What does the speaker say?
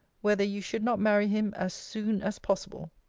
whether you should not marry him as soon as possible